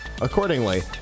Accordingly